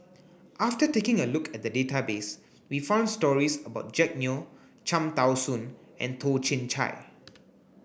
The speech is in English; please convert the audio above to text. after taking a look at the database we found stories about Jack Neo Cham Tao Soon and Toh Chin Chye